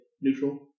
neutral